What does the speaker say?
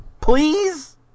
please